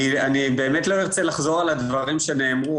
אני באמת לא ארצה לחזור על הדברים שנאמרו,